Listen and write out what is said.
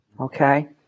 Okay